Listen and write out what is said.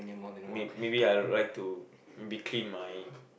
may~ maybe I would like to be clean my